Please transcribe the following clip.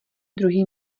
druhý